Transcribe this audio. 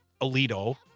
Alito